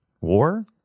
War